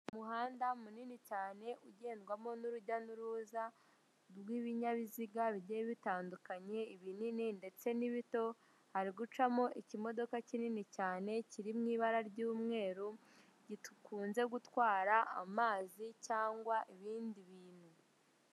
Umuhanda munini cyane ugendwamo n'urujya n'uruza rw'ibinyabiziga bijye bitandukanye ibinini ndetse n'ibito uri gucamo ikimodoka kinini cyane kiri m'ibara ry'umweru gikunze gutwara amazi cyangwa ibindi bintu.